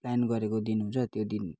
plan गरेको दिन हुन्छ त्यो दिन